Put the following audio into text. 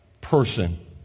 person